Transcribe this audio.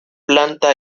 planta